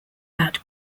that